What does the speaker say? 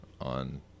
on